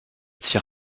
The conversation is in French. tir